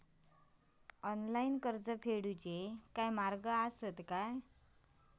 Online कर्ज फेडूचे काय मार्ग आसत काय?